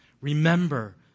remember